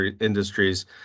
industries